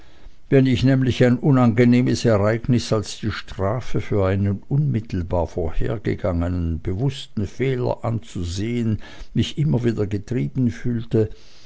wenn ich nämlich ein unangenehmes ereignis als die strafe für einen unmittelbar vorhergegangenen bewußten fehler anzusehen mich immer wieder getrieben fühle